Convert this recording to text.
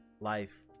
life